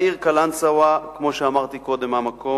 העיר קלנסואה, כמו שאמרתי קודם מהמקום,